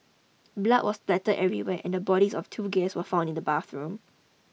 blood was spattered everywhere and the bodies of the two guests were found in the bathroom